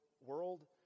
world